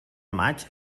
maig